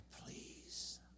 please